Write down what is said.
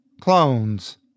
Clones